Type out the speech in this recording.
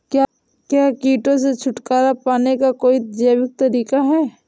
क्या कीटों से छुटकारा पाने का कोई जैविक तरीका है?